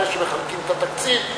אחרי שמחלקים את התקציב,